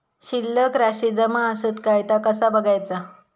शिल्लक राशी जमा आसत काय ता कसा बगायचा?